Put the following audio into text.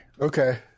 Okay